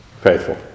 faithful